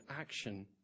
action